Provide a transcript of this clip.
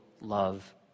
love